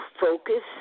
focus